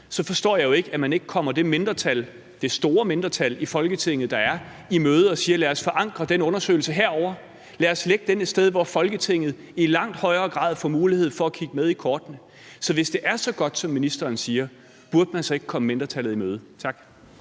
forstår jeg jo ikke, at man ikke kommer det store mindretal i Folketinget, der er, i møde og siger: Lad os forankre den undersøgelse herovre; lad os lægge den et sted, hvor Folketinget i langt højere grad får mulighed for at kigge med i kortene. Så hvis det er så godt, som ministeren siger, burde man så ikke komme mindretallet i møde? Tak.